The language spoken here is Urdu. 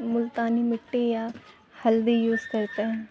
ملتانی مٹی یا ہلدی یوز کرتے ہیں